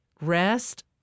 rest